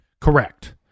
Correct